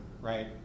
right